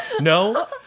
No